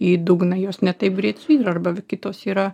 į dugną jos ne taip greit suyra arba kitos yra